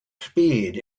speed